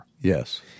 Yes